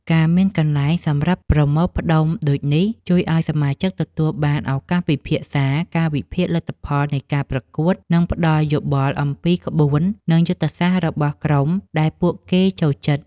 ការមានកន្លែងសម្រាប់ប្រមូលផ្តុំដូចនេះ ជួយឲ្យសមាជិកទទួលបានឱកាសពិភាក្សា ការវិភាគលទ្ធផលនៃការប្រកួត និងផ្តល់យោបល់អំពីក្បួន និងយុទ្ធសាស្ត្ររបស់ក្រុមដែលពួកគេចូលចិត្ត។